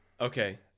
okay